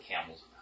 camels